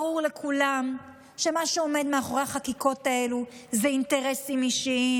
ברור לכולם שמה שעומד מאחורי החקיקות האלה זה אינטרסים אישיים,